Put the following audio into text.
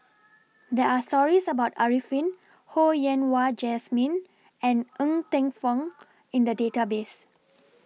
There Are stories about Arifin Ho Yen Wah Jesmine and Ng Teng Fong in The Database